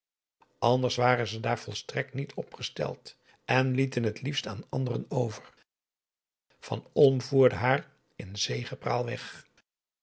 anders waren ze daar volstrekt niet op gesteld en lieten het liefst aan anderen over van olm voerde haar in zegepraal weg